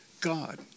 God